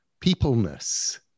peopleness